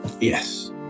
Yes